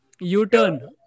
U-turn